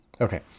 Okay